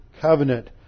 covenant